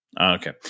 okay